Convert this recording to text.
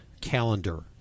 calendar